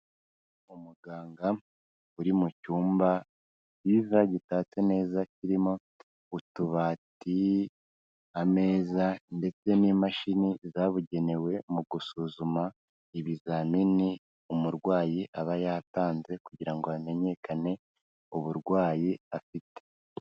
Umuganga uri mu cyumba kiza gitatse neza kirimo utubati, ameza, ndetse n'imashini zabugenewe mu gusuzuma ibizamini umurwayi aba yatanze kugira ngo hamenyekane uburwayi afite.